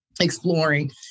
exploring